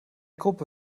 gruppe